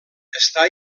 està